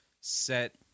set